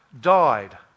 died